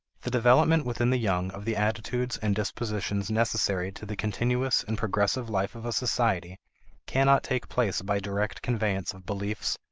the development within the young of the attitudes and dispositions necessary to the continuous and progressive life of a society cannot take place by direct conveyance of beliefs,